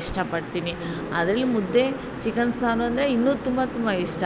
ಇಷ್ಟಪಡ್ತೀನಿ ಅದರಲ್ಲಿ ಮುದ್ದೆ ಚಿಕನ್ ಸಾರು ಅಂದರೆ ಇನ್ನೂ ತುಂಬ ತುಂಬ ಇಷ್ಟ